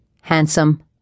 handsome